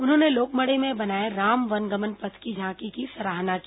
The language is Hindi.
उन्होंने लोक मड़ई में बनाए राम वनगमन पथ की झांकी की सराहना की